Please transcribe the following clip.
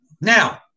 Now